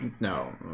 No